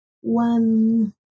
one